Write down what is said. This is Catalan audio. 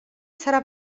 serà